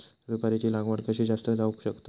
सुपारीची लागवड कशी जास्त जावक शकता?